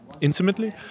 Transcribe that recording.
intimately